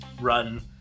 run